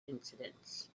incidents